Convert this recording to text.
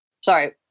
sorry